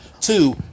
Two